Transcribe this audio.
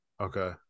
Okay